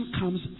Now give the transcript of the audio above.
comes